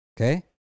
Okay